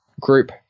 group